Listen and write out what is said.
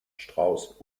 strauss